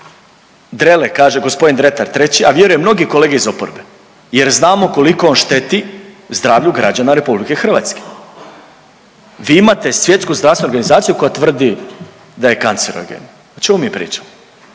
Drele kaže gospodin Dretar treći, a vjerujem mnogi kolege iz oporbe jer znamo koliko on šteti zdravlju građana RH. Vi imate Svjetsku zdravstvenu organizaciju koja tvrdi da je kancerogen. O čemu mi pričamo,